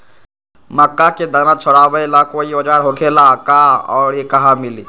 मक्का के दाना छोराबेला कोई औजार होखेला का और इ कहा मिली?